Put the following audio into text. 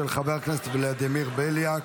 של חבר הכנסת ולדימיר בליאק.